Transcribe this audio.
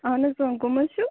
اہن حظ اۭں کُم حظ چھُو